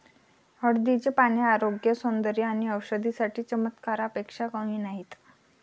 हळदीची पाने आरोग्य, सौंदर्य आणि औषधी साठी चमत्कारापेक्षा कमी नाहीत